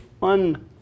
fun